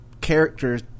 characters